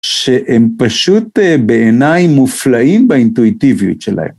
שהם פשוט בעיניי מופלאים באינטואיטיביות שלהם.